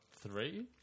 Three